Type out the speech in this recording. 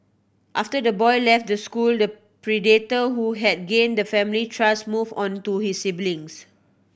after the boy left the school the predator who had gained the family's trust moved on to his siblings